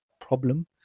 problem